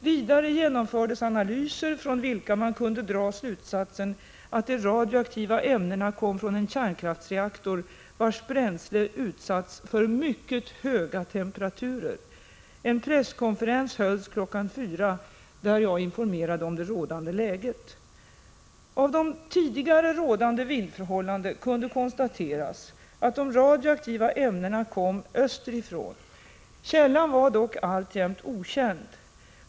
Vidare genomfördes analyser av vilka man kunde dra slutsatsen att de radioaktiva ämnena kom från en kärnkraftsreaktor, vars bränsle utsatts för mycket höga temperaturer. En presskonferens hölls kl. 16, där jag informerade om det aktuella läget. Av de tidigare rådande vindförhållandena kunde konstateras att de radioaktiva ämnena kom österifrån. Källan var dock alltjämt okänd.